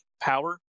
power